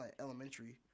elementary